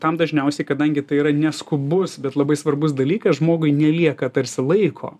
tam dažniausiai kadangi tai yra neskubus bet labai svarbus dalykas žmogui nelieka tarsi laiko